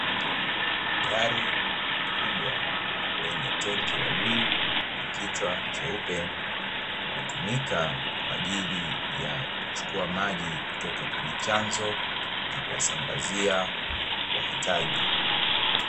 Gari kubwa lenye tenki la buluu na kichwa cheupe, hutumika kwaajili ya kuchukua maji kutoka kwenye chanzo na kuwasambazia wahitaji.